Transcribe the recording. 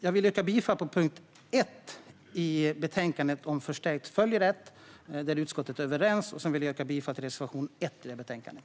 Jag vill yrka bifall till punkt 1 i betänkandet om förstärkt följerätt där utskottet är överens, och jag vill också yrka bifall till reservation 1.